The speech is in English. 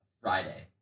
Friday